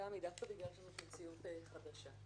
דווקא בגלל שאנחנו במציאות חדשה,